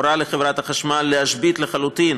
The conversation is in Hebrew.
הורה לחברת החשמל להשבית לחלוטין